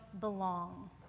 belong